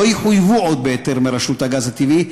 לא יחויבו עוד בהיתר מרשות הגז הטבעי,